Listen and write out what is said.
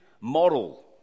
model